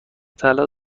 طلا